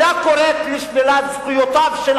בזמן